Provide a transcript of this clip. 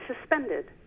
suspended